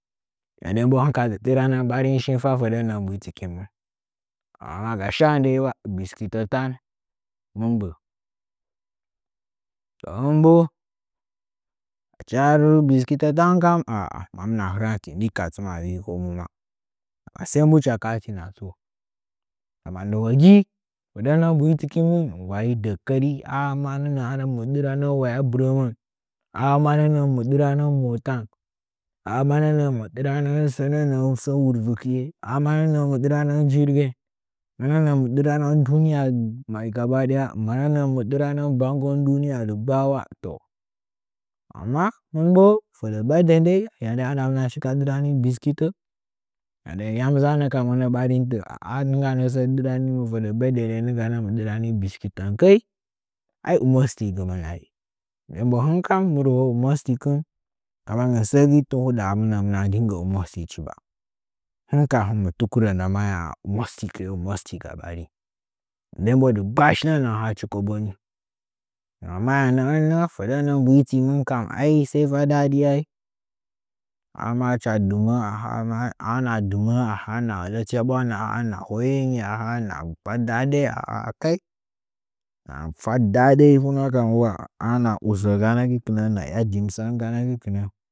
Ya nden bo hɨn ka kara ɓarin shin ka fədə mbuhɨtɨkinmɨn amma ga shaa dai naa biskɨtə tan mɨ gbə’ə toh hɨn bo achi biskɨtə tan kam mamma hɨranti dɨkka tɨmna vii komu ma sai mbu hɨcha kaafi hɨna tuwo amma dɨwogi fətə nə’ə mbuhutikɨn mɨn ulayi dəkkəri har mɨ dɨranan waya bɨrəmən aa manənə’a mɨ dɨrannən mota ‘aa manənə’ə sə nə ə’ə sə wuruɨkɨye laa manənə a jirgən manənə mɨ dɨraŋn du niye mai gabadaya manənə mɨ dɨranən duniya dɨgba to amma hɨn bo fədə birthda dei andamna shi ka dɨrani biskut yam dzənnə ka mwang ɓarin səə diranimin ka birthday ndai mɨ dɨrani biskitən kai ai hɨnkan mɨ rəho’ə imostikɨn tɨn huɗa hɨmna mɨnə rɨngə imostishi ba hɨnkan hɨn mɨ tukurə laa iməstichi iməstiga ɓarin nden bo digba shinə nə’ə haachi kobo nii nggan maya nəꞌ nə fədə mbulitimɨn ai sai fa dadi amaa hɨcha dɨmə’ə a na dɨmə’ə əꞌ tyaɓwa ləingi a ha’a hɨna fa daɗei, aha’a kai a hɨn mɨ fa dadei hunəkam ula hɨna udzə hɨna ‘ya dimsən ganə kɨnə.